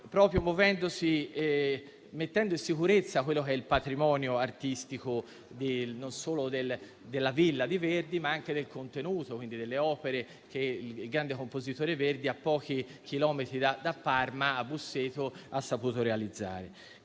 proprio mettendo in sicurezza il patrimonio artistico non solo di Villa Verdi, ma anche il suo contenuto, quindi le opere che il grande compositore Verdi, a pochi chilometri da Parma, cioè a Busseto, ha saputo realizzare.